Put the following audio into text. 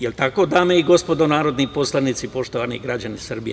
Je li tako dame i gospodo narodni poslanici, poštovani građani Srbije?